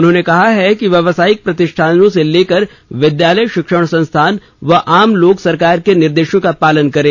उन्होंने कहा है कि व्यवसायिक प्रतिष्ठान से लेकर विद्यालय शिक्षण संस्थान व आम लोग सरकार के निर्देश का पालन करें